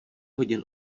hodin